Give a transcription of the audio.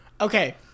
Okay